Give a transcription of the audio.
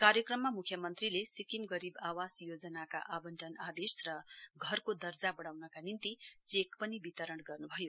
कार्यक्रममा म्ख्यमन्त्री सिक्किम गरीब आवास योजनाका आंवटन आदेश र घरको दर्जा बढ़ाउनका निम्ति चेक पनि वितरण गर्नुभयो